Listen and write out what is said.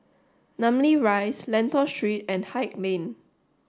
namly Rise Lentor Street and Haig Lane